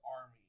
army